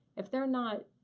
if they're not